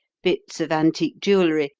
bits of antique jewellery,